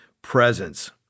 presence